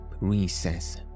recess